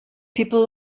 people